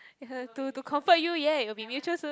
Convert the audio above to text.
to to comfort you ya it will be mutual soon